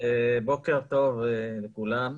בוקר טוב לכולם.